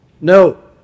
No